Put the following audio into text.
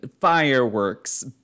fireworks